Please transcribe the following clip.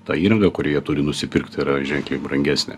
ta įranga kurią jie turi nusipirkti yra ženkliai brangesnė